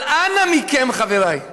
אבל אנא מכם, חבריי,